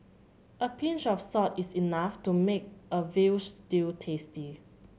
a pinch of salt is enough to make a veal stew tasty